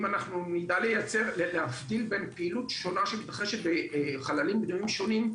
אם נדע להבדיל בין פעילות שונה שמתרחשת בחללים שונים,